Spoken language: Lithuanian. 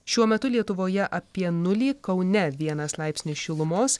šiuo metu lietuvoje apie nulį kaune vienas laipsnis šilumos